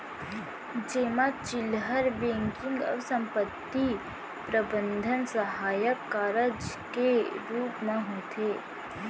जेमा चिल्लहर बेंकिंग अउ संपत्ति प्रबंधन सहायक कारज के रूप म होथे